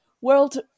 World